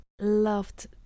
loved